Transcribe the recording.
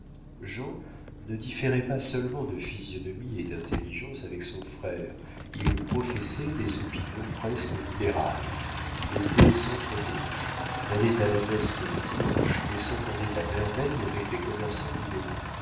ne différait pas seulement de physionomie et d'intelligence avec son frère il professait des opinions presque libérales il était centre gauche n'allait à la messe que les dimanches et s'entendait à merveille avec les commerçants libéraux